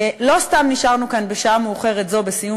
לא סתם נשארנו כאן בשעה מאוחרת זו בסיום